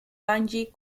bungee